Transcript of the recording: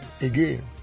Again